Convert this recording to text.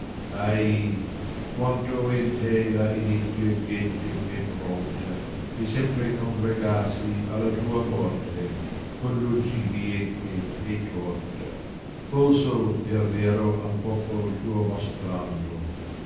ahi quanto in te la iniqua gente è pronta a sempre congregarsi alla tua morte convinci bieche e torte falso per vero al popol tuo mostrando